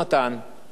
בלי דיונים,